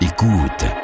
Écoute